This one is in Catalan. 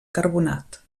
carbonat